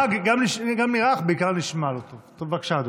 חובת יידוע נפגעי עבירה בדבר זכויותיהם),